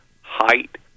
height